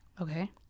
Okay